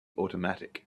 automatic